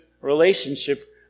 relationship